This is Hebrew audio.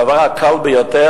הדבר הקל ביותר,